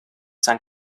san